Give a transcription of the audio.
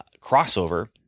crossover